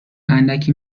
اندکی